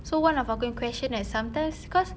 so one of our question eh sometimes cause